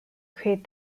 create